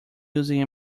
using